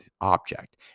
object